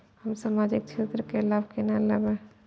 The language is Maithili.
हम सामाजिक क्षेत्र के लाभ केना लैब?